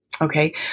Okay